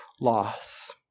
loss